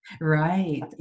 right